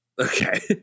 Okay